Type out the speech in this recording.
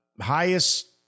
highest